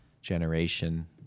generation